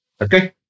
okay